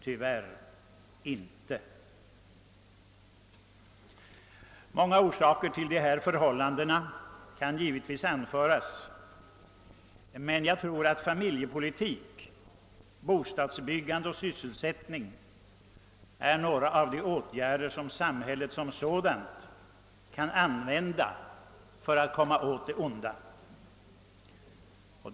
Tyvärr inte! Många orsaker till dessa förhållanden kan givetvis anföras, men jag tror att familjepolitik, bostadsbyggande och sysselsättning är några av de åtgärder som samhället som sådant kan använda för att komma åt det onda.